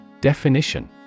Definition